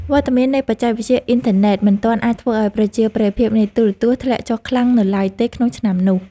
វត្តមាននៃបច្ចេកវិទ្យាអ៊ីនធឺណិតមិនទាន់អាចធ្វើឱ្យប្រជាប្រិយភាពនៃទូរទស្សន៍ធ្លាក់ចុះខ្លាំងនៅឡើយទេក្នុងឆ្នាំនោះ។